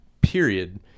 period